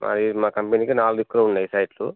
అది మా కంపెనీకి నాలుగు దిక్కుల ఉన్నాయి సైట్లు